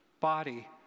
body